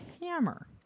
hammer